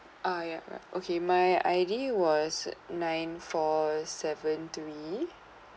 ah yup yup my I_D was nine four seven three